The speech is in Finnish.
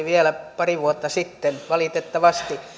vielä pari vuotta sitten valitettavasti